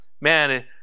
man